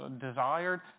desired